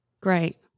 Great